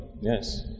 Yes